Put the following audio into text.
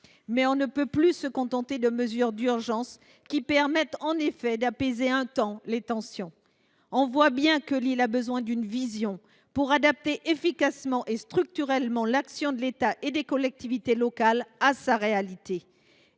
mais on ne peut plus se contenter de mesures d’urgence, qui permettent seulement d’apaiser les tensions pour un temps. On voit bien que Mayotte a besoin d’une vision pour adapter efficacement et structurellement l’action de l’État et des collectivités locales à sa réalité.